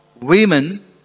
women